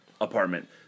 apartment